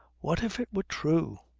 what if it were true